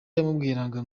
yamubwiraga